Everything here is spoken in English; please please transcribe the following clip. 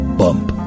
bump